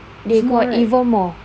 they score right